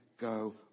go